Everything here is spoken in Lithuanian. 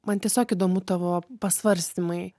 man tiesiog įdomu tavo pasvarstymai